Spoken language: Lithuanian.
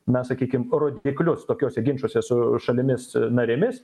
na sakykim rodiklius tokiuose ginčuose su šalimis narėmis